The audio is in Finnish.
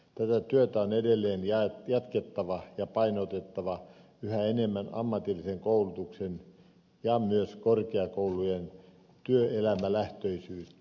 tätä työtä on edelleen jatkettava ja on painotettava yhä enemmän ammatillisen koulutuksen ja myös korkeakoulujen työelämälähtöisyyttä